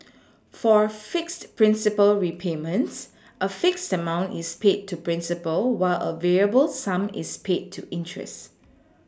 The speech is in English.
for fixed principal repayments a fixed amount is paid to principal while a variable sum is paid to interest